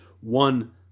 one